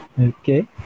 okay